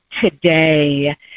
today